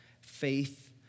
faith